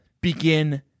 begin